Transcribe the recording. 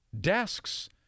desks